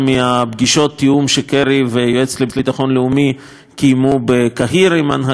התיאום שקרי והיועצת לביטחון לאומי קיימו בקהיר עם ההנהגה הפלסטינית.